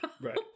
Right